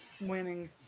winning